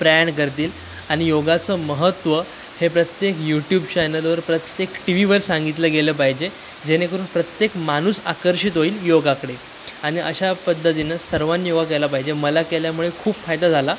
प्रयाण करतील आणि योगाचं महत्त्व हे प्रत्येक यूट्यूब चॅनलवर प्रत्येक टी व्हीवर सांगितलं गेलं पाहिजे जेणेकरून प्रत्येक माणूस आकर्षित होईल योगाकडे आणि अशा पद्धतीनं सर्वांनी योगा केला पाहिजे मला केल्यामुळे खूप फायदा झाला